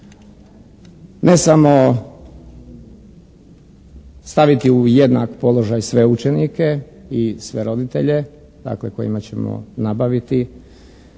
ne samo staviti u jednak položaj sve učenike i sve roditelje, dakle kojima ćemo nabaviti